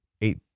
eight